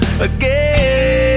again